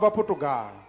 Portugal